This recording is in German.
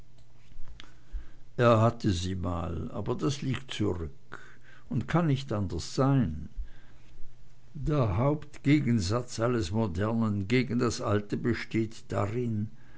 er hatte sie mal aber das liegt zurück und kann nicht anders sein der hauptgegensatz alles modernen gegen das alte besteht darin